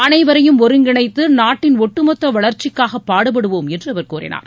அனைவரையும் ஒருங்கிணைத்து நாட்டின் ஒட்டுமொத்த வளர்ச்சிக்காக பாடுபடுவோம் என்று அவர் கூறினார்